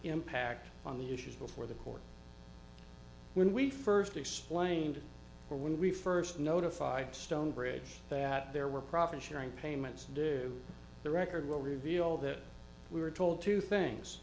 impact on the issues before the court when we first explained or when we first notified stonebridge that there were profit sharing payments due the record will reveal that we were told two things